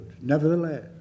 Nevertheless